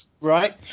Right